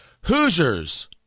Hoosiers